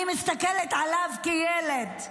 אני מסתכלת עליו כילד.